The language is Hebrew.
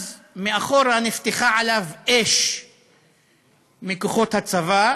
אז מאחורה נפתחה עליו אש מכוחות הצבא.